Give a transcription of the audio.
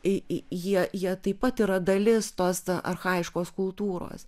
i jie jie taip pat yra dalis tos archajiškos kultūros